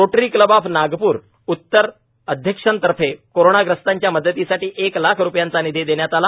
rotary club of Nagpur उत्तर अध्यक्षा तर्फे कोरोनाग्रस्तांच्या मदतीसाठी एक लाख रुपयांचा निधी देण्यात आला